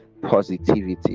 positivity